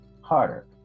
Harder